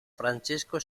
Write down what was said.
francesco